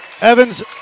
Evans